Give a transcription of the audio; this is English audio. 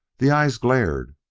the eyes glared,